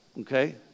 Okay